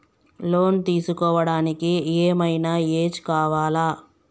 Loan తీస్కోవడానికి ఏం ఐనా ఏజ్ కావాలా?